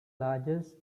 largest